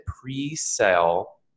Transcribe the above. pre-sale